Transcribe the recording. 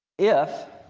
if